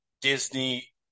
Disney